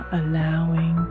allowing